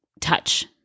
touch